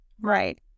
Right